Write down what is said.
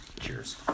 cheers